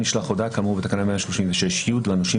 136יא.נמעני ההודעה הנאמן ישלח הודעה כאמור בתקנה 136י לנושים